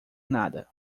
nada